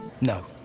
No